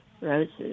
roses